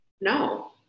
no